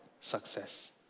success